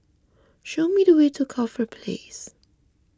show me the way to Corfe Place